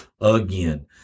again